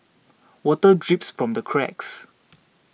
water drips from the cracks